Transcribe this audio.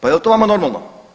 Pa jel to vama normalno?